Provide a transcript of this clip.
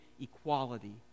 equality